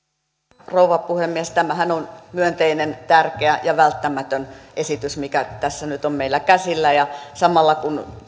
arvoisa rouva puhemies tämähän on myönteinen tärkeä ja välttämätön esitys mikä tässä nyt on meillä käsillä samalla